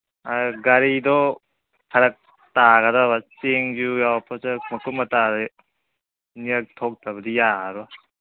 ꯒꯥꯔꯤꯗꯣ ꯐꯔꯛ ꯇꯥꯒꯗꯕ ꯆꯦꯡꯁꯨ ꯌꯥꯎꯔꯛꯄꯗ ꯃꯀꯨꯞ ꯃꯇꯥꯗꯤ ꯑꯅꯤꯔꯛ ꯊꯣꯛꯇꯕꯗꯤ ꯌꯥꯔꯔꯣꯏ